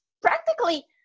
practically